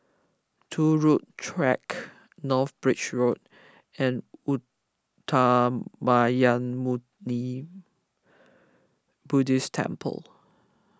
Turut Track North Bridge Road and Uttamayanmuni Buddhist Temple